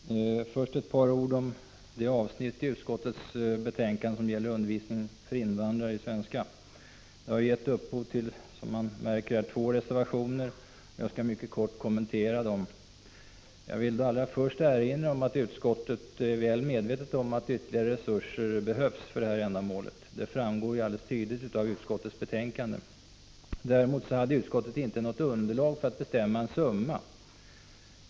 Herr talman! Först ett par ord om det avsnitt i utskottets betänkande som gäller undervisning i svenska för invandrare. Detta har gett upphov till två reservationer, och jag skall mycket kort kommentera dem. Jag vill då allra först erinra om att utskottet är väl medvetet om att ytterligare resurser behövs för det här ändamålet. Det framgår alldeles tydligt av utskottets betänkande. Däremot hade utskottet inte något underlag för att bestämma en viss summa.